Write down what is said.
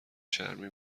چرمی